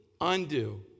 undo